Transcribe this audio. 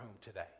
today